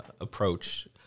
approach